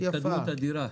התקדמות אדירה.